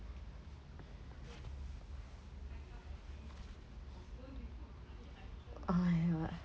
oh ya